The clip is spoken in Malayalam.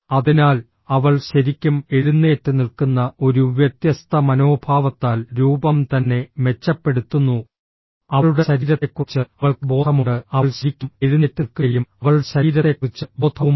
അതിനാൽ അവൾ ശരിക്കും എഴുന്നേറ്റ് നിൽക്കുന്ന ഒരു വ്യത്യസ്ത മനോഭാവത്താൽ രൂപം തന്നെ മെച്ചപ്പെടുത്തുന്നു അവളുടെ ശരീരത്തെക്കുറിച്ച് അവൾക്ക് ബോധമുണ്ട് അവൾ ശരിക്കും എഴുന്നേറ്റ് നിൽക്കുകയും അവളുടെ ശരീരത്തെക്കുറിച്ച് ബോധവുമുണ്ട്